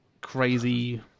crazy